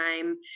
time